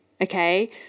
okay